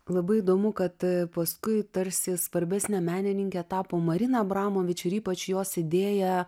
labai įdomu kad paskui tarsi svarbesne menininke tapo marina abramovič ir ypač jos idėja